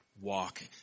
walk